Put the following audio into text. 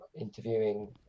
interviewing